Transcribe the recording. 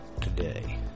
today